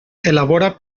elabora